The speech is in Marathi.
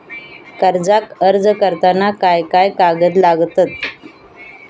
कर्जाक अर्ज करताना काय काय कागद लागतत?